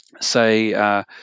say